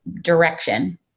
direction